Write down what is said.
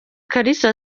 kalisa